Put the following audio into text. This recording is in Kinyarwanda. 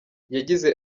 yagize